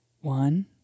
one